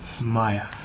Maya